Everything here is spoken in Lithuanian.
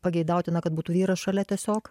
pageidautina kad būtų vyras šalia tiesiog